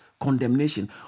condemnation